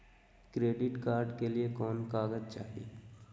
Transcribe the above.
Credit card के लिए कौन कागज चाही?